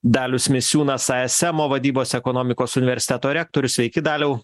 dalius misiūnas ismo vadybos ekonomikos universiteto rektorius sveiki daliau